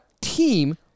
team